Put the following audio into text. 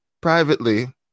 privately